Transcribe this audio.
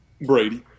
brady